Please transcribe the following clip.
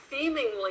seemingly